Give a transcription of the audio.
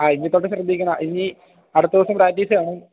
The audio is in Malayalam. ആ ഇനി തൊട്ട് ശ്രദ്ധിക്കണം ഇനി അടുത്ത ദിവസം പ്രാക്ടീസ് ചെയ്യണം